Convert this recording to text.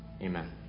Amen